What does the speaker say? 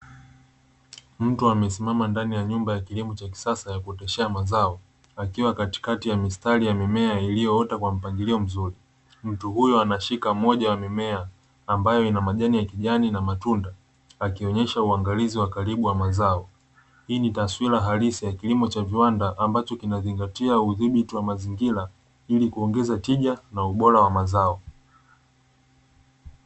Mtu amesimama ndani ya nyumba ya kilimo cha kisasa mazao akiwa katika mimea iliyoota kwa mpangilio mzuri. Mtu huyo anashika moja wa mimea ambayo Ina majani ya kijani na matunda akionyesha uangalizi wa katibu wa mazao. Hii ni taswira halisi ya kilimo cha viwanda ambacho kinazingatia udhibiti wa mazingira ili kuongeza tija na ubora wa mazao.